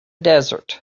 desert